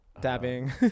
dabbing